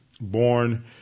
born